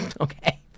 okay